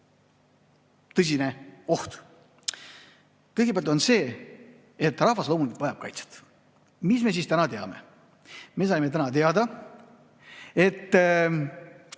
tõsine oht? Kõigepealt see, et rahvas vajab loomulikult kaitset. Mis me siis täna teame? Me saime täna teada, et